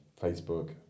Facebook